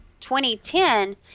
2010